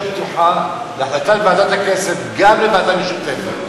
פתוחה להחלטת ועדת הכנסת גם על ועדה משותפת.